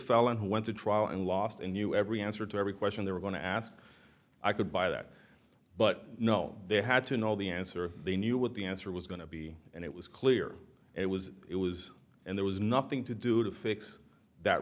felon who went to trial and lost and you every answer to every question they're going to ask i could buy that but no they had to know the answer they knew what the answer was going to be and it was clear it was it was and there was nothing to do to fix that